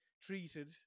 treated